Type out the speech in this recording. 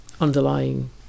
underlying